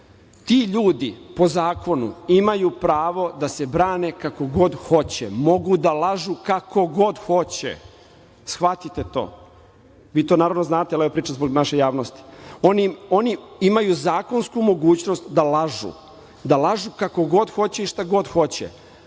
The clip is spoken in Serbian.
Ti ljudi po zakonu imaju pravo da se brane kako god hoće, mogu da lažu kako god hoće, shvatite to. Vi to naravno znate, ali ovo pričam zbog naše javnosti. Oni imaju zakonsku mogućnost da lažu, da lažu kako god hoće i šta god hoće,